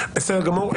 בסדר גמור.